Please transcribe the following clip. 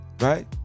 Right